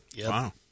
Wow